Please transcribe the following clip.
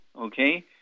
okay